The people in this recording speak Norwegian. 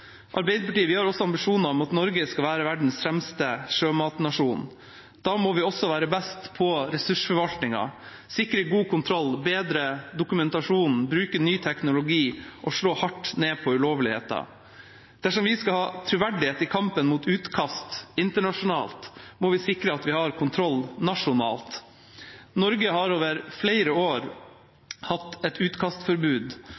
Arbeiderpartiet har også ambisjoner om at Norge skal være verdens fremste sjømatnasjon. Da må vi også være best i ressursforvaltning, sikre god kontroll, bedre dokumentasjonen, bruke ny teknologi og slå hardt ned på ulovligheter. Dersom vi skal ha troverdighet i kampen mot utkast internasjonalt, må vi sikre at vi har kontroll nasjonalt. Norge har over flere år